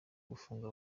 gufunga